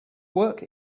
work